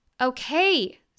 Okay